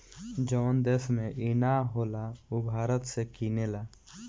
जवन देश में ई ना होला उ भारत से किनेला